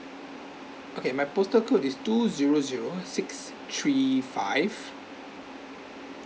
okay my postal code is two zero zero six three five